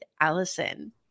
Allison